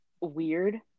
weird